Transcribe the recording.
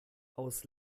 aus